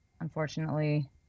unfortunately